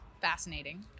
fascinating